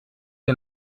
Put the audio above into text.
ihr